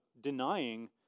denying